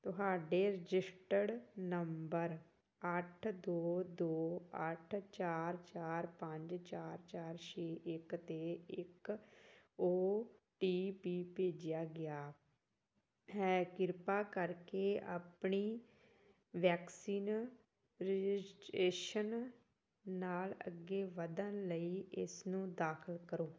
ਤੁਹਾਡੇ registered number ਅੱਠ ਦੋ ਦੋ ਅੱਠ ਚਾਰ ਚਾਰ ਪੰਜ ਚਾਰ ਚਾਰ ਛੇ ਇੱਕ 'ਤੇ ਇੱਕ ਓ ਟੀ ਪੀ ਭੇਜਿਆ ਗਿਆ ਹੈ ਕਿਰਪਾ ਕਰਕੇ ਆਪਣੀ ਵੈਕਸੀਨ ਰਜਿਸਟ੍ਰੇਸ਼ਨ ਨਾਲ ਅੱਗੇ ਵਧਣ ਲਈ ਇਸਨੂੰ ਦਾਖਲ ਕਰੋ